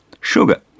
sugar